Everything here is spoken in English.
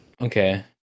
Okay